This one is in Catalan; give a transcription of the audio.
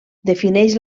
defineix